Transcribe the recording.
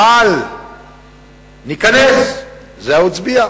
אבל ניכנס, על זה הוא הצביע.